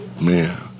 Man